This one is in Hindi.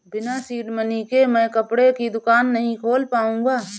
बिना सीड मनी के मैं कपड़े की दुकान नही खोल पाऊंगा